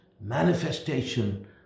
manifestation